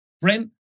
Brent